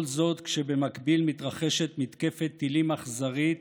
כל זאת כשבמקביל מתרחשת מתקפת טילים אכזרית